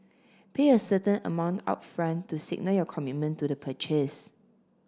pay a certain amount upfront to signal your commitment to the purchase